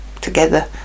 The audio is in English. together